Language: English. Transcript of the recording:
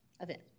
event